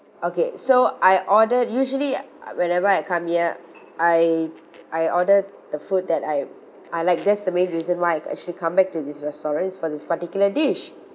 okay so I ordered usually whenever I come here I I order the food that I I like that's the main reason why I got actually come back to this restaurant it's for this particular dish